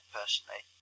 personally